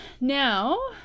now